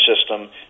system